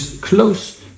close